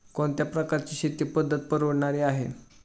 कोणत्या प्रकारची शेती पद्धत परवडणारी आहे?